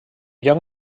lloc